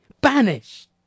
Banished